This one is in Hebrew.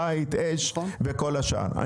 בית אש וכל השאר.